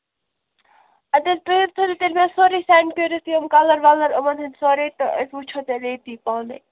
اَدٕ حظ تُہۍ حظ تھٲوِو حظ تیٚلہِ مےٚ سورُے سینٛڈ کٔرِتھ یِم کَلَر وَلَر یِمَن ہٕنٛدۍ سورُے تہٕ أسۍ وُچھو تیٚلہِ ییٚتی پانَے